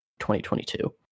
2022